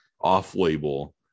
off-label